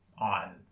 on